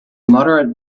moderate